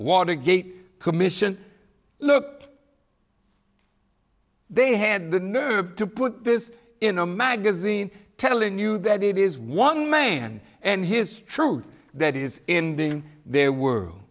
watergate commission look they had the nerve to put this in a magazine telling you that it is one man and his truth that is in there were